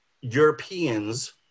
Europeans